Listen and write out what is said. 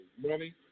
money